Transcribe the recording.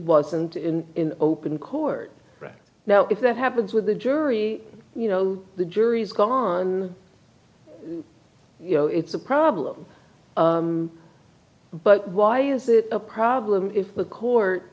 wasn't in open court right now if that happens with the jury you know the jury's gone you know it's a problem but why is it a problem if the court